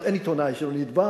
אין כמעט עיתונאי שלא נתבע,